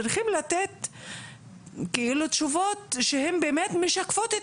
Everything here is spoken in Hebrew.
צריכים לתת תשובות שהם באמת משקפות את